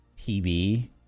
PB